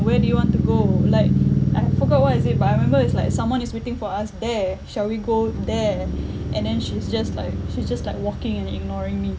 where do you want to go like I forgot what is it but I remember it's like someone is waiting for us there shall we go there and then she's just like she's just like walking and ignoring me